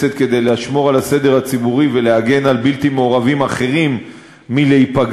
כדי לשמור על הסדר הציבורי ולהגן על בלתי מעורבים אחרים מלהיפגע,